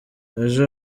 ejo